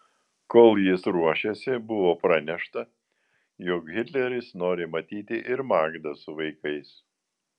kol jis ruošėsi buvo pranešta jog hitleris nori matyti ir magdą su vaikais